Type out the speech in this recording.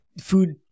food